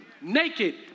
naked